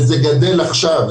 וזה גדל עכשיו,